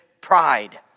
pride